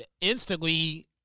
instantly